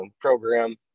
program